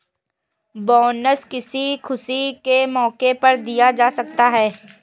bonus किसी खुशी के मौके पर दिया जा सकता है